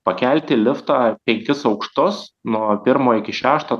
pakelti liftą penkis aukštus nuo pirmo iki šešto